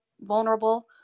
vulnerable